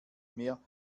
mehr